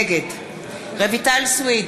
נגד רויטל סויד,